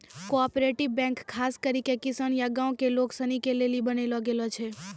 cooperative bank खास करी के किसान या गांव के लोग सनी के लेली बनैलो गेलो छै